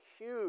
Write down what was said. huge